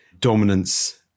dominance